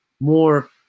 more